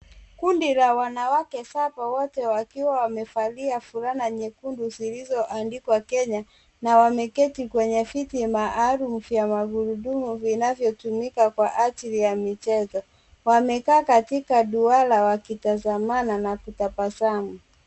Kundi la wanawake saba wote wakiwa wamevalia fulana nyekundu zilizoandikwa kenya na wameketi kwenye viti maalum vya magurudumu vinavyotumika kwa ajili ya michezo. Wamekaa katika duara wakitazamana na kutabasamu.